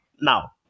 Now